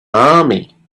army